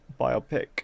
biopic